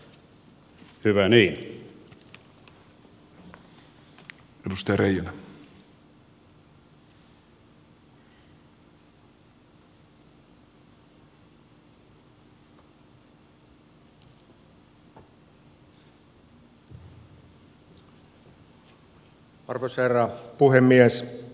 arvoisa herra puhemies